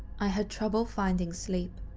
i had trouble finding sleep.